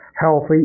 healthy